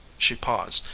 she paused,